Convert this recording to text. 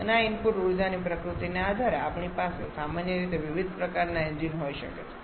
અને આ ઇનપુટ ઊર્જાની પ્રકૃતિને આધારે આપણી પાસે સામાન્ય રીતે વિવિધ પ્રકારનાં એન્જિન હોઈ શકે છે